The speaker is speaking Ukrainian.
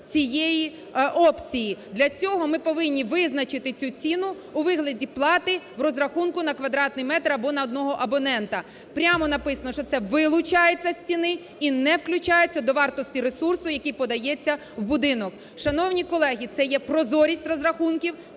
цієї опції. Для цього ми повинні визначити цю ціну у вигляді плати в розрахунку на квадратний метр або на одного абонента. Прямо написано, що це вилучається з ціни і не включається до вартості ресурсу, який подається в будинок. Шановні колеги, це є прозорість розрахунків,